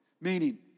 Meaning